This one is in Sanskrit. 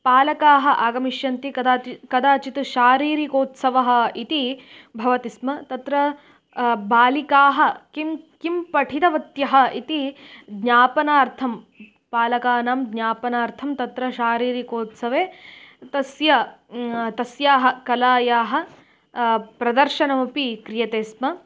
पालकाः आगमिष्यन्ति कदाचित् कदाचित् शारीरिकोत्सवः इति भवति स्म तत्र बालिकाः किं किं पठितवत्यः इति ज्ञापनार्थं पालकानां ज्ञापनार्थं तत्र शारीरिकोत्सवे तस्य तस्याः कलायाः प्रदर्शनमपि क्रियते स्म